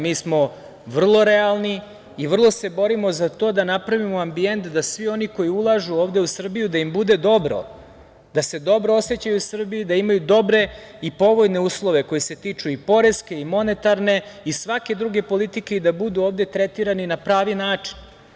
Mi smo vrlo realni i vrlo se borimo za to da napravimo ambijent da oni koji ulažu ovde u Srbiju da im bude dobro, da se dobro osećaju u Srbiji, da imaju dobre i povoljne uslove koji se tiču i poreske i monetarne i svake druge politike i da budu ovde tretirani na pravi način.